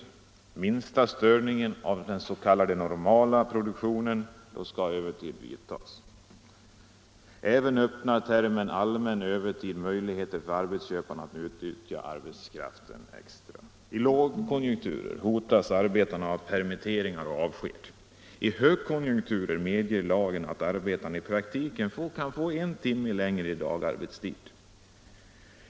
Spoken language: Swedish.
Vid mins = Nr 44 ta störning av den s.k. normala produktionen skall övertid tillgripas. Fredagen den Termen ”allmän övertid” öppnar även möjligheter för arbetsköparna att 21 mars 1975 utnyttja arbetskraften extra. öv RAR I lågkonjunkturer hotas arbetarna av permitteringar och avsked. I hög — Semesteroch vissa konjunkturer medger lagen att arbetarna i praktiken kan få en timme = andra arbetstidsfrålängre dagarbetstid.